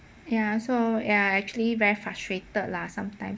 ya so ya actually very frustrated lah sometime